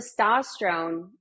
testosterone